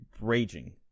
raging